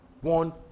one